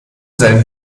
seine